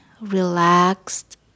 relaxed